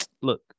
Look